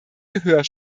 gehör